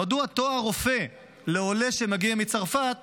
מדוע תואר רופא לעולה שמגיע מצרפת